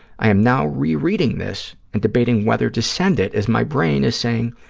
i am now rereading this and debating whether to send it, as my brain is saying,